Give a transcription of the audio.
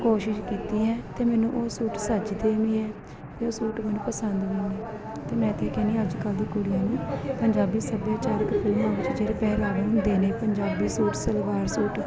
ਕੋਸ਼ਿਸ਼ ਕੀਤੀ ਹੈ ਅਤੇ ਮੈਨੂੰ ਉਹ ਸੂਟ ਸੱਜਦੇ ਵੀ ਹੈ ਉਹ ਸੂਟ ਮੈਨੂੰ ਪਸੰਦ ਵੀ ਨੇ ਅਤੇ ਮੈਂ ਤਾਂ ਇਹ ਕਹਿੰਦੀ ਅੱਜ ਕੱਲ੍ਹ ਦੀ ਕੁੜੀਆਂ ਨੂੰ ਪੰਜਾਬੀ ਸੱਭਿਆਚਾਰਕ ਕੁੜੀਆਂ ਵਿੱਚ ਜਿਹੜੇ ਪਹਰਾਵੇ ਹੁੰਦੇ ਨੇ ਪੰਜਾਬੀ ਸੂਟ ਸਲਵਾਰ ਸੂਟ